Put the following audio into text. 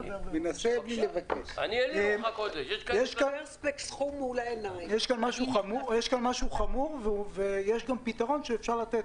יש כאן משהו חמור, ויש גם פתרון שאפשר לתת.